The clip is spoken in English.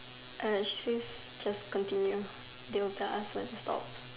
actually just continue they will tell us when to stop